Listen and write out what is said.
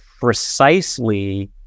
precisely